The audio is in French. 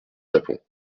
japon